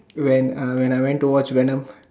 when uh when I went to watch venom